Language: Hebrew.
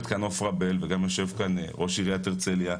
כאן עופרה בל וגם יושב כאן ראש עיריית הרצליה,